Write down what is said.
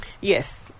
Yes